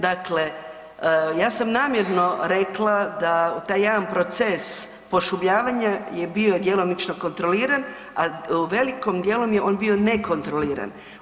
Dakle, ja sam namjerno rekla da taj jedan proces pošumljavanja je bio djelomično kontroliran ali velikim djelom je bio nekontroliran.